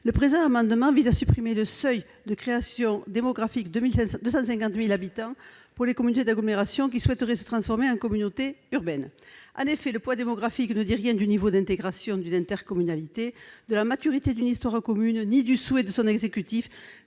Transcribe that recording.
Le présent amendement vise à supprimer le seuil de création démographique- 250 000 habitants -pour les communautés d'agglomération qui souhaiteraient se transformer en communauté urbaine. En effet, le poids démographique ne dit rien du niveau d'intégration d'une intercommunalité, de la maturité d'une histoire commune, ni du souhait de son exécutif,